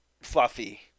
Fluffy